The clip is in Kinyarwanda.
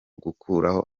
gukuraho